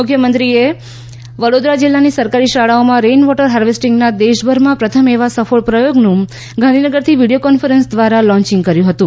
મુખ્યમંત્રીશ્રીએ વડોદરા જિલ્લાની સરકારી શાળાઓમાં રેઇન વોટર ફાર્વેસ્ટીંગના દેશભરમાં પ્રથમ એવા સફળ પ્રયોગનું ગાંધીનગરથી વિડીયો કોન્ફરન્સ દ્વારા લોન્ચીંગ કર્યુ હતું